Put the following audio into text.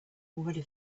already